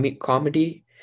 comedy